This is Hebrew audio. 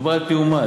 מדובר על תיאום מס.